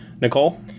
Nicole